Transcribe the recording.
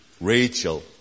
Rachel